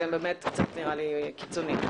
זה באמת קצת נראה לי קיצוני.